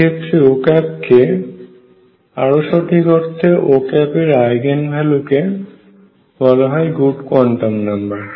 এক্ষেত্রে Ô কে আরও সঠিক অর্থে Ô এর এইগেন ভ্যালু কে বলা হয় গুড কোয়ান্টাম নাম্বার